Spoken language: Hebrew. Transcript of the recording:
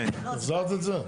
החזרת את זה?